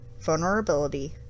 vulnerability